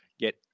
Get